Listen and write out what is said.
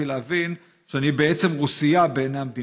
להבין שאני בעצם רוסייה בעיני המדינה,